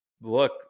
look